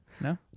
No